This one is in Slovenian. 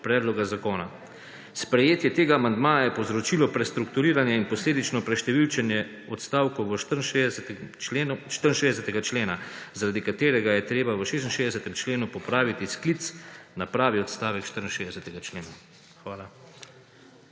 predloga zakona. Sprejetje tega amandmaja je povzročilo prestrukturiranje in posledično preštevilčenje odstavkov 64. člena zaradi katerega je treba v 66. členu popraviti sklic na pravi odstavek 64. člena. Hvala.